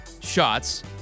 shots